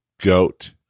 goat